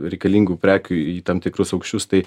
reikalingų prekių į tam tikrus aukščius tai